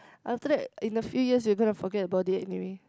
after that in a few years you're gonna forget about it anyway